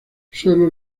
suelo